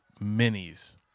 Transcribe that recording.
minis